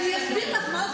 אני אסביר לך,